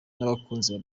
n’abakunzi